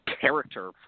character